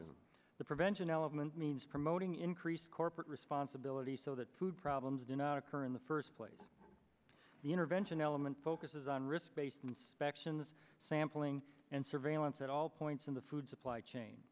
to the prevention element means promoting increased corporate responsibility so that food problems do not occur in the first place the intervention element focuses on risk based inspections sampling and surveillance at all points in the food supply chain